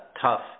tough –